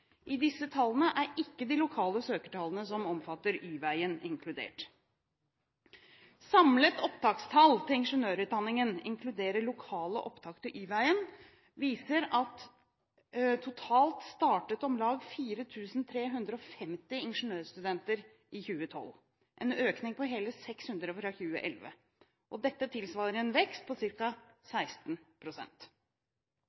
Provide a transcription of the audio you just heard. I disse tallene er ikke de lokale søkertallene som omfatter Y-veien, inkludert. Samlet opptakstall til ingeniørutdanningen, som inkluderer lokale opptak til Y-veien, viser at det totalt startet om lag 4 350 nye ingeniørstudenter i 2012, en økning på hele 600 fra 2011. Dette tilsvarer en vekst på